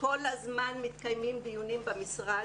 כל הזמן מתקיימים דיונים במשרד.